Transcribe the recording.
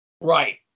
Right